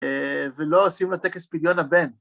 ‫ולא עושים לה טקס פדיון הבן.